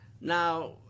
Now